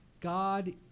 God